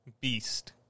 Beast